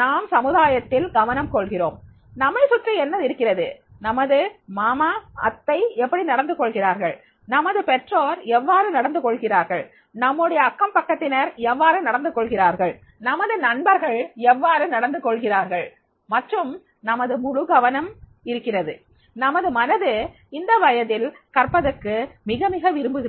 நாம் சமுதாயத்தில் கவனம் கொள்கிறோம் நம்மை சுற்றி என்ன இருக்கிறது நமது மாமா அத்தை எப்படி நடந்து கொள்கிறார்கள் நமது பெற்றோர் எவ்வாறு நடந்து கொள்கிறார்கள் நம்முடைய அக்கம்பக்கத்தினர் எவ்வாறு நடந்துகொள்கிறார்கள் நமது நண்பர்கள் எவ்வாறு நடந்து கொள்கிறார்கள் மற்றும் நமது முழு கவனம் இருக்கிறது நமது மனது இந்த வயதில் கற்பதற்கு மிக மிக விரும்புகிறது